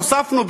הוספנו,